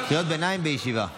קריאות ביניים, בישיבה.